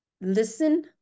listen